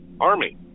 army